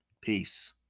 Peace